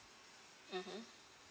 mmhmm